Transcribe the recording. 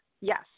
Yes